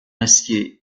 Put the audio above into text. acier